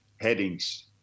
headings